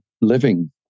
living